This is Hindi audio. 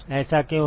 ऐसा क्यों है